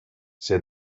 said